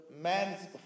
man's